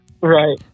Right